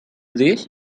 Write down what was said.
this